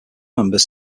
members